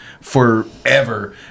forever